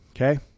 okay